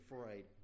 afraid